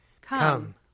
Come